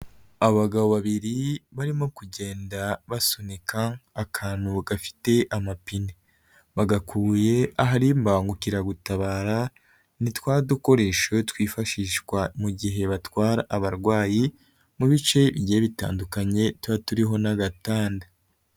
Abagabo babiri barimo kugenda basunika akantu gafite amapine, bagakuye ahari imbangukiragutabara, ni twa dukoresho twifashishwa mu gihe batwara abarwayi mu bice bigiye bitandukanye, tuba turiho n'agatanda.